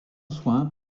soin